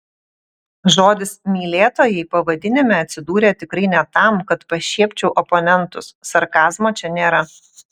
žodis mylėtojai pavadinime atsidūrė tikrai ne tam kad pašiepčiau oponentus sarkazmo čia nėra